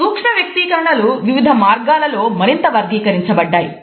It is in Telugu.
సూక్ష్మ వ్యక్తీకరణలు వివిధ మార్గాలలో మరింత వర్గీకరించబడ్డాయి